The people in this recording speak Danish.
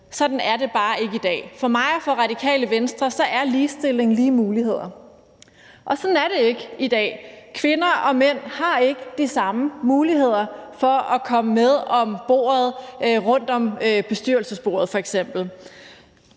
Sådan er det bare ikke i dag. For mig og for Radikale Venstre er ligestilling at have lige muligheder, og sådan er det ikke i dag. Kvinder og mænd har ikke de samme muligheder for at sidde med rundt om bestyrelsesbordet